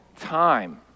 time